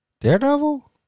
Daredevil